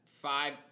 Five